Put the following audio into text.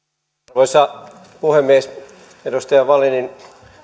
arvoisa puhemies edustaja wallinin